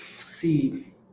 See